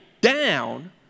down